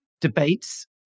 debates